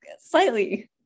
slightly